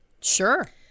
sure